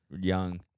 young